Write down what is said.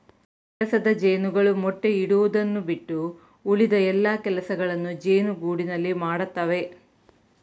ಕೆಲಸದ ಜೇನುಗಳು ಮೊಟ್ಟೆ ಇಡುವುದನ್ನು ಬಿಟ್ಟು ಉಳಿದ ಎಲ್ಲಾ ಕೆಲಸಗಳನ್ನು ಜೇನುಗೂಡಿನಲ್ಲಿ ಮಾಡತ್ತವೆ